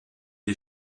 die